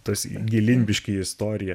tas gilyn biškį į istoriją